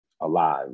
alive